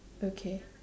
okay